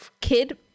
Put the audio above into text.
kid